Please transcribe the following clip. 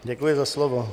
Děkuji za slovo.